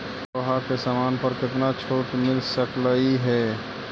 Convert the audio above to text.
लोहा के समान पर केतना छूट मिल सकलई हे